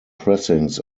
pressings